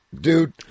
dude